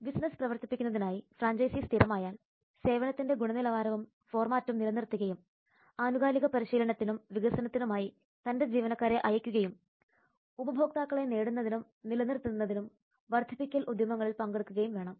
business പ്രവർത്തിപ്പിക്കുന്നതിനായി franchise സ്ഥിരമായാൽ സേവനത്തിന്റെ ഗുണനിലവാരവും ഫോർമാറ്റും നിലനിർത്തുകയും ആനുകാലിക പരിശീലനത്തിനും വികസനത്തിനുമായി തന്റെ ജീവനക്കാരെ അയക്കുകയും ഉപഭോക്താക്കളെ നേടുന്നതിനും നിലനിർത്തുന്നതിനും വർദ്ധിപ്പിക്കൽ ഉദ്യമങ്ങളിൽ പങ്കെടുക്കുകയും വേണം